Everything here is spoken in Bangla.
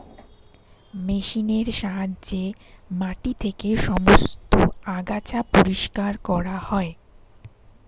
মেশিনের সাহায্যে মাটি থেকে সমস্ত আগাছা পরিষ্কার করা হয়